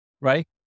right